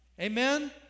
Amen